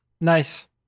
nice